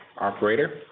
Operator